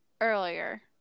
earlier